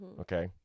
okay